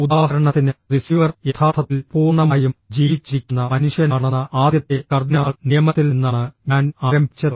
ഉദാഹരണത്തിന് റിസീവർ യഥാർത്ഥത്തിൽ പൂർണ്ണമായും ജീവിച്ചിരിക്കുന്ന മനുഷ്യനാണെന്ന ആദ്യത്തെ കർദ്ദിനാൾ നിയമത്തിൽ നിന്നാണ് ഞാൻ ആരംഭിച്ചത്